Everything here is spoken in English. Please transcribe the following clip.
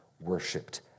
worshipped